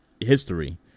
history